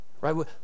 Right